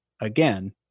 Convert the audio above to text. again